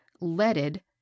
leaded